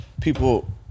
people